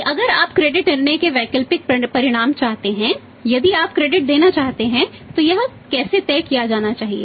कि अगर आप क्रेडिट देना चाहते हैं तो यह कैसे तय किया जाना चाहिए